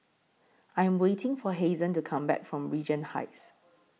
I Am waiting For Hazen to Come Back from Regent Heights